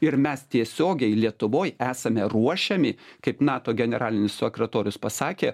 ir mes tiesiogiai lietuvoj esame ruošiami kaip nato generalinis sekretorius pasakė